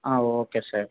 okay sir